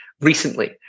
recently